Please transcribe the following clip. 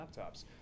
laptops